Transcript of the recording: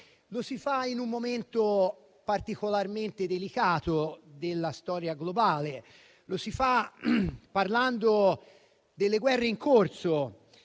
Uniti, in un momento particolarmente delicato della storia globale. Si parlerà delle guerre in corso,